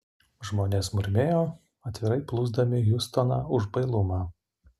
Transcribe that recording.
žmonės murmėjo atvirai plūsdami hiustoną už bailumą